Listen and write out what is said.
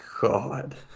God